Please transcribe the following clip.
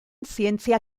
zientzia